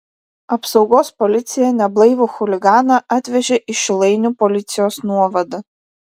apsaugos policija neblaivų chuliganą atvežė į šilainių policijos nuovadą